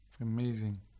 Amazing